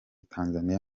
tanzaniya